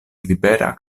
libera